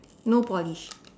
no polish